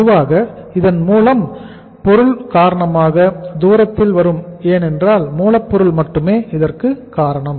பொதுவாக இது மூலம் பொருள் காரணமாக தூரத்தில் வரும் ஏனென்றால் மூலப்பொருள் மட்டுமே இதற்கு காரணம்